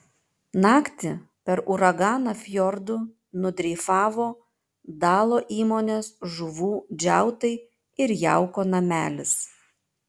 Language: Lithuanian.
naktį per uraganą fjordu nudreifavo dalo įmonės žuvų džiautai ir jauko namelis